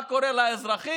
מה קורה לאזרחים,